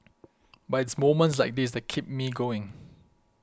but it's moments like this that keep me going